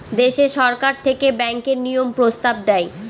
দেশে সরকার থেকে ব্যাঙ্কের নিয়ম প্রস্তাব দেয়